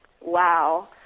Wow